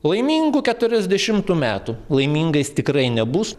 laimingų keturiasdešimtų metų laimingais tikrai nebus